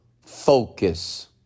focus